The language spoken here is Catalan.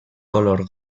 color